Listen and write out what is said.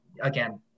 again